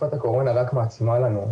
ותקופת הקורונה רק מעצימה לנו,